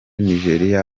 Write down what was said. nigeria